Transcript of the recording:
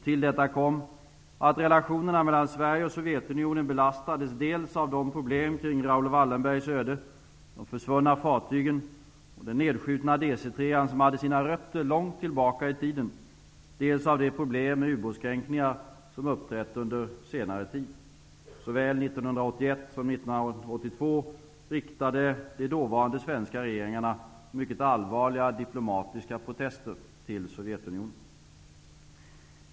Till detta kom, att relationerna mellan Sverige och Sovjetunionen belastades, dels av de problem kring Raoul Wallenbergs öde, de försvunna fartygen och den nedskjutna DC 3:an som hade sina rötter långt tillbaka i tiden, dels av de problem med ubåtskränkningar som uppträtt under senare tid. Såväl 1981 som 1982 riktade de dåvarande svenska regeringarna mycket allvarliga diplomatiska protester till Sovjetunionen.